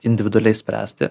individualiai spręsti